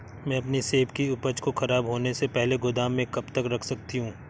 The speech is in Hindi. मैं अपनी सेब की उपज को ख़राब होने से पहले गोदाम में कब तक रख सकती हूँ?